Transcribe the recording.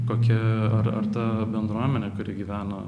kokia ar ta bendruomenė kuri gyvena